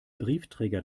briefträger